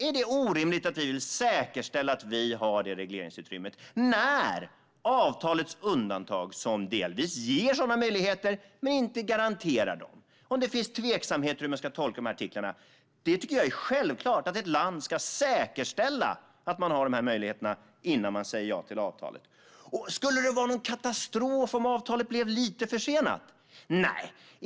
Är det orimligt att vi vill säkerställa att vi har det regleringsutrymmet när det finns tveksamheter rörande avtalets undantag, som delvis ger sådana möjligheter men inte garanterar dem, och hur man ska tolka de här artiklarna? Jag tycker att det är självklart att ett land ska säkerställa att man har de här möjligheterna innan man säger ja till avtalet. Skulle det vara en katastrof om avtalet blev lite försenat? Nej.